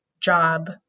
job